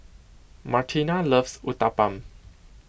Martina loves Uthapam